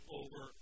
over